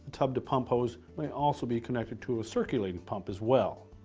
tub-to-pump hose may also be connected to a circulating pump as well.